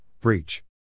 breach